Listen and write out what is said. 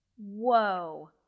whoa